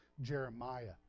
Jeremiah